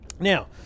Now